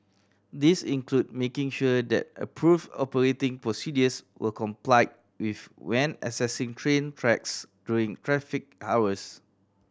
these include making sure that approved operating procedures were complied with when accessing train tracks during traffic hours